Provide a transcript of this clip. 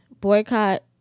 boycott